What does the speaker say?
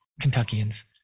Kentuckians